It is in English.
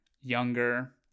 Younger